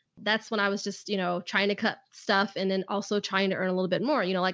that's when i was just, you know, trying to cut stuff and then also trying to earn a little bit more, you know, like